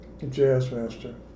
Jazzmaster